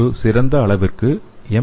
ஒரு சிறந்த அளவிற்கு எம்